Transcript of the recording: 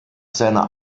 seiner